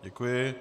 Děkuji.